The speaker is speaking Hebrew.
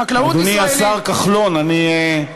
חקלאות ישראלית, אדוני השר כחלון, אני, חברי,